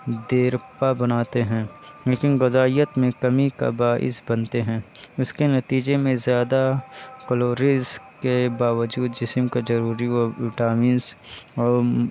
دیرپا بناتے ہیں لیکن غذائیت میں کمی کا باعث بنتے ہیں جس کے نتیجے میں زیادہ کلوریز کے باوجود جسم کا ضروری وہ وٹامنس اور